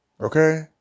Okay